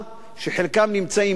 שחלקם נמצאים כאן,